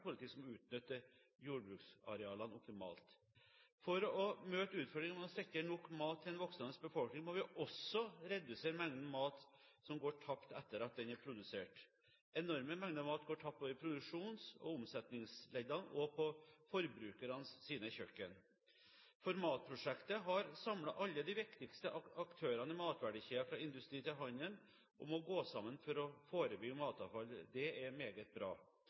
som utnytter jordbruksarealene optimalt. For å møte utfordringene med å sikre nok mat til en voksende befolkning må vi også redusere mengden mat som går tapt etter at den er produsert. Enorme mengder mat går tapt både i produksjons- og omsetningsleddene og på forbrukernes kjøkken. ForMat-prosjektet har samlet alle de viktigste aktørene i matverdikjeden, fra industrien til handelen, om å gå sammen for å forebygge matavfall. Det er meget bra.